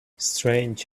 strange